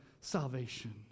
salvation